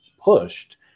pushed